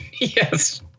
yes